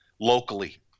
locally